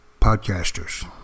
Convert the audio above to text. Podcasters